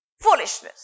Foolishness